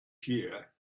year